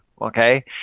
Okay